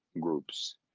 groups